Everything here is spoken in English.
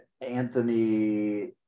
Anthony